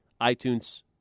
iTunes